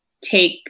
take